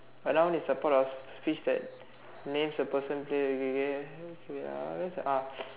a noun is part of speech that names a person wait ah where's the ah